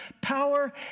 power